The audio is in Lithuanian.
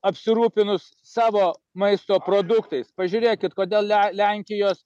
apsirūpinus savo maisto produktais pažiūrėkit kodėl le lenkijos